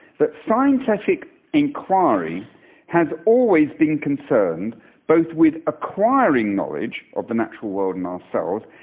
that scientific enquiry has always been concerned both with acquiring knowledge of the natural world and ourselves,